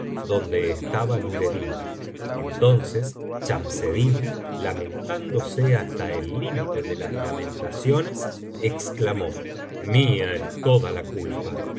donde estaba nureddin entonces chamseddin lamentándose hasta el límite cíelas lamentaciones exclamó mía es toda la culpa